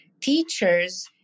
teachers